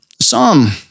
Psalm